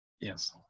Yes